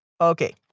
Okay